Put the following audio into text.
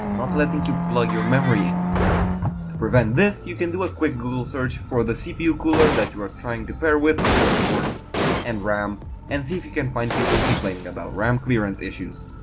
not but letting you plug your memory in. to prevent this, you can do a quick google search for the cpu cooler that you are looking to pair with your motherboard and ram and see if you can find people complaining about ram clearance issues.